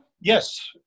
yes